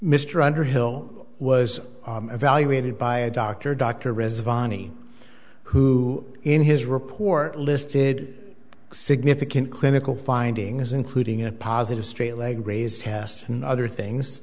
mr underhill was evaluated by a doctor dr reza vonnie who in his report listed significant clinical findings including a positive straight leg raise test and other things